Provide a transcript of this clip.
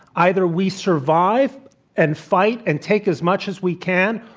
either we survive and fight and take as much as we can,